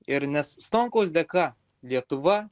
ir nes stonkaus dėka lietuva